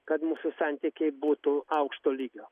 kad mūsų santykiai būtų aukšto lygio